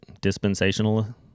dispensational